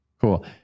Cool